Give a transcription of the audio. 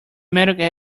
medical